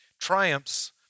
triumphs